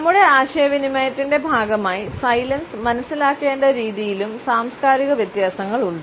നമ്മുടെ ആശയവിനിമയത്തിന്റെ ഭാഗമായി സൈലൻസ് മനസ്സിലാക്കേണ്ട രീതിയിലും സാംസ്കാരിക വ്യത്യാസങ്ങളുണ്ട്